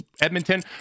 Edmonton